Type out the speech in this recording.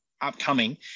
upcoming